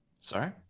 sorry